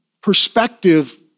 perspective